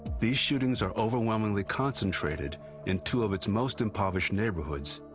these shootings are overwhelmingly concentrated in two of its most impoverished neighborhoods,